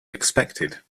expected